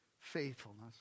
faithfulness